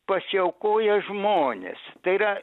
pasiaukoję žmonės tai yra